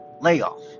layoff